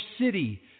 city